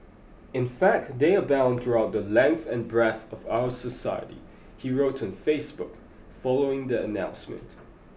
in fact they abound throughout the length and breadth of our society he wrote on Facebook following the announcement